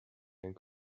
and